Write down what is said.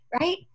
right